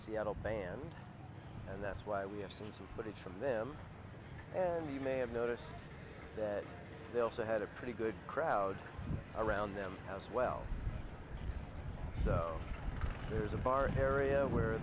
seattle band and that's why we have to listen but it's from them and you may have noticed that they also had a pretty good crowd around them as well so there's a bar area where